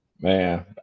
Man